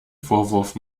vorwurf